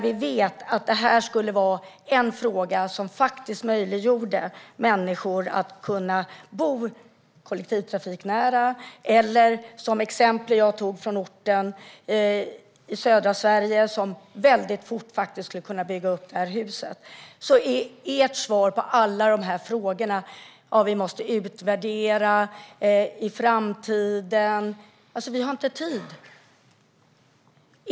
Vi vet att denna fråga skulle möjliggöra för människor att bo kollektivtrafiknära eller för kommunen i södra Sverige att väldigt fort kunna bygga upp huset. Ert svar på alla dessa frågor är: vi måste utvärdera, i framtiden. Vi har inte tid.